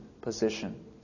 position